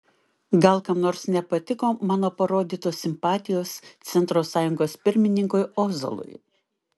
gal kam nors nepatiko mano parodytos simpatijos centro sąjungos pirmininkui ozolui